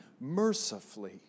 mercifully